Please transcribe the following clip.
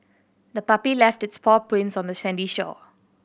the puppy left its paw prints on the sandy shore